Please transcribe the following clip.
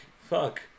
fuck